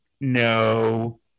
No